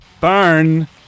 Burn